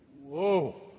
Whoa